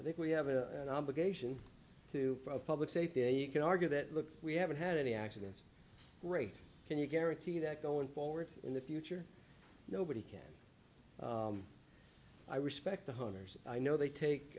i think we have an obligation to public safety you could argue that look we haven't had any accidents great can you guarantee that going forward in the future nobody can i respect the hunters i know they take